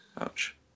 Ouch